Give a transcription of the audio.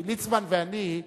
כי ליצמן ואני,